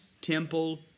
temple